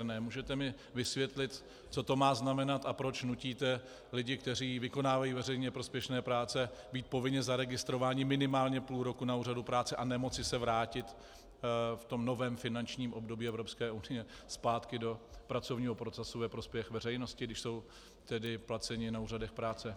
Můžete mi vysvětlit, co to má znamenat a proč nutíte lidi, kteří vykonávají veřejně prospěšné práce, být povinně zaregistrováni minimálně půl roku na úřadu práce a nemoci se vrátit v novém finančním období Evropské unie zpátky do pracovního procesu ve prospěch veřejnosti, když jsou placeni na úřadech práce?